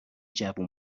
جوون